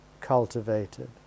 cultivated